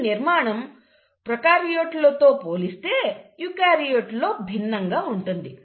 ఈ నిర్మాణం ప్రోకార్యోట్లు తో పోలిస్తే యూకార్యోట్స్ లో భిన్నంగా ఉంటుంది